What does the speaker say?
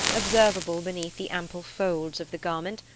observable beneath the ample folds of the garment,